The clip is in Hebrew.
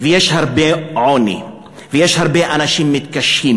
ויש הרבה עוני ויש הרבה אנשים מתקשים,